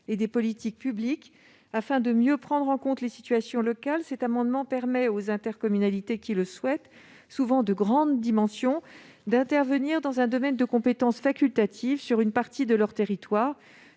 et des politiques publiques. Afin de mieux prendre en compte les situations locales, cet amendement a pour objet que les intercommunalités qui le souhaitent, souvent des EPCI de grande taille, puissent intervenir dans un domaine de compétence facultatif sur une partie de leur territoire,